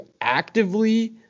actively